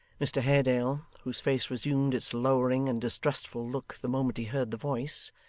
mr haredale, whose face resumed its lowering and distrustful look the moment he heard the voice,